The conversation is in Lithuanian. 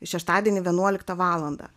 šeštadienį vienuoliktą valandą